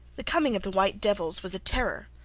the coming of the white devils was a terror.